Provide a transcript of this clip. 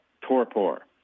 Torpor